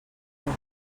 boix